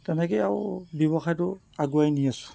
তেনেকৈয়ে আৰু ব্যৱসায়টো আগুৱাই নি আছো